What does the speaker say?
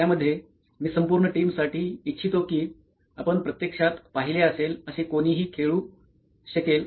त्यामध्ये मी संपूर्ण टीमसाठी इच्छितो की आपण प्रत्यक्षात पाहिले असेल असे कोणीही खेळू शकेल